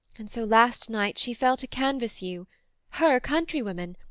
and so last night she fell to canvass you her countrywomen!